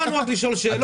לא באנו רק לשאול שאלות,